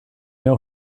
know